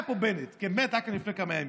היה פה בנט לפני כמה ימים.